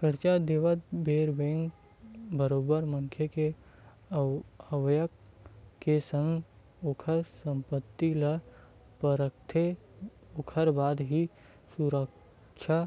करजा देवत बेरा बेंक बरोबर मनखे के आवक के संग ओखर संपत्ति ल परखथे ओखर बाद ही सुरक्छा